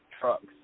trucks